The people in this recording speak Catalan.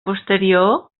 posterior